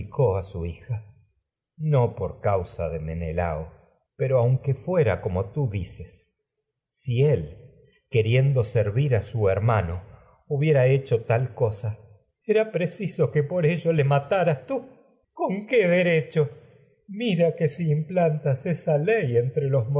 tal necesidad hija por electra causa de menelao pero aunque fuera como tú dices si él queriendo servir a su hermano hubiera era hecho tal cosa preciso que por ello le mataras tú con qué morta derecho mira que si implantas esa ley entre los